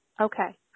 Okay